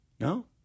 No